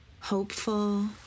hopeful